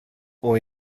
och